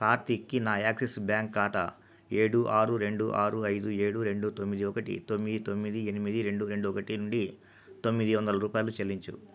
కార్తీక్కి నా Axis bank ఖాతా ఏడు ఆరు రెండు ఆరు ఐదు ఏడు రెండు తొమ్మిది ఒకటి తొమ్మిది తొమ్మిది ఎనిమిది రెండు రెండు ఒకటి నుండి తొమ్మిది వందలు రూపాయలు చెల్లించు